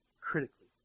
critically